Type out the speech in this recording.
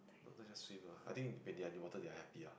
not just swim lah I think when they are in the water they will happy ah